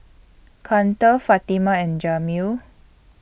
Karter Fatima and Jameel